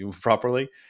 properly